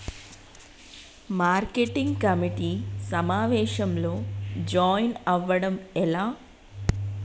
Market committee సమావేశంలో join అవ్వడం ఎలా?